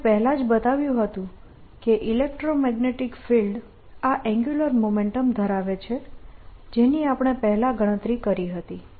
આપણે પહેલા જ બતાવ્યું હતું કે ઇલેક્ટ્રોમેગ્નેટીક ફિલ્ડ આ એન્ગ્યુલર મોમેન્ટમ ધરાવે છે જેની આપણે પહેલાં ગણતરી કરી હતી